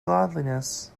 godliness